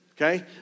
okay